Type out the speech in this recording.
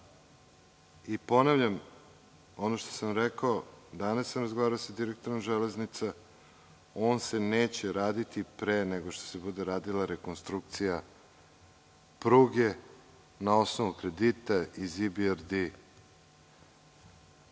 ne radi. Ono što sam rekao, danas sam razgovarao sa direktorom Železnica, on se neće raditi pre nego što se bude radila rekonstrukcija pruge na osnovu kredita iz IBRD